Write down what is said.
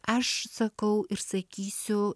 aš sakau ir sakysiu